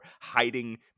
hiding